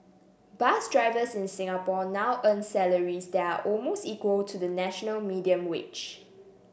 bus drivers in Singapore now earn salaries that are almost equal to the national median wage